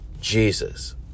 Jesus